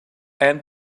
and